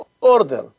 order